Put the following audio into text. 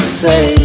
say